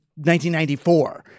1994